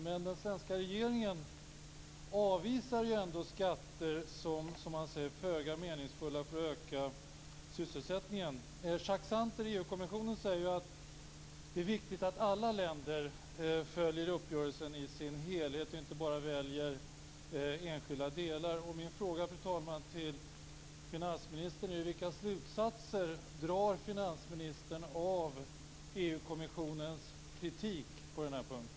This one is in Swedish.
Men den svenska regeringen avvisar skatter som, säger man, föga meningsfulla för att öka sysselsättningen. Jacques Santer i EU-kommissionen säger att det är viktigt att alla länder följer uppgörelsen i sin helhet och inte bara väljer enskilda delar. Min fråga, fru talman, till finansministern är: Vilka slutsatser drar finansministern av EU kommissionens kritik på den här punkten?